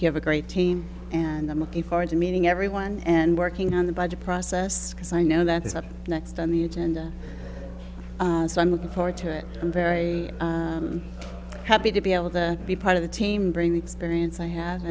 have a great team and i'm looking forward to meeting everyone and working on the budget process because i know that is up next on the agenda so i'm looking forward to it i'm very happy to be able to be part of the team during the experience i ha